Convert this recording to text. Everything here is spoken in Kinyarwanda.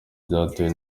byatewe